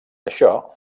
això